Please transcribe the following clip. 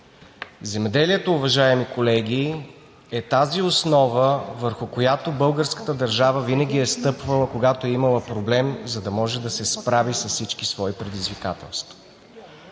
Земеделието, уважаеми колеги, е тази основа, върху която българската държава винаги е стъпвала, когато е имала проблем, за да може да се справи с всички свои предизвикателства.